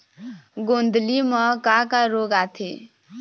गोंदली म का का रोग आथे?